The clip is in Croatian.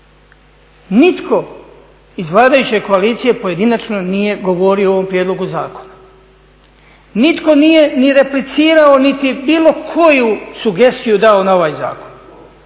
nitko iz vladajuće koalicije pojedinačno nije govorio o ovom prijedlogu zakona, nitko nije ni replicirao niti bilo koju sugestiju dao na ovaj zakon.